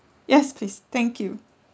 yes please thank you